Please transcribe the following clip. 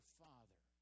father